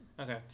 Okay